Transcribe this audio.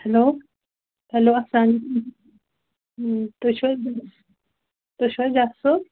hello hello اَلسلامُ علیکُم تُہۍ چھُو حظ تُہۍ چھُو حظ صٲب